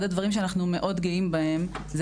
אחד הדברים שאנחנו מאוד גאים בהם זה